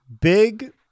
big